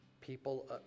People